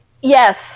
Yes